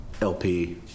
LP